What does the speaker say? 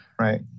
right